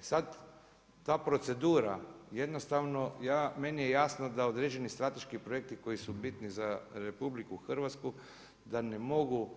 Sad ta procedura jednostavno, meni je jasno da određeni strateški projekti koji su bitni za RH da ne mogu